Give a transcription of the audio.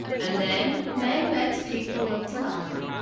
and then man met the people of the lhari.